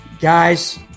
Guys